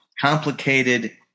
Complicated